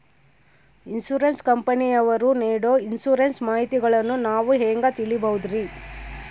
Insurance ಕಂಪನಿಯವರು ನೇಡೊ insurance ಮಾಹಿತಿಗಳನ್ನು ನಾವು ಹೆಂಗ ತಿಳಿಬಹುದ್ರಿ?